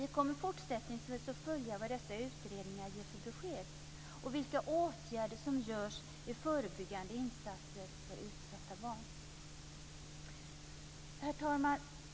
Vi kommer fortsättningsvis att följa vad dessa utredningar ger för besked och vilka åtgärder som görs när det gäller förebyggande insatser för utsatta barn. Herr talman!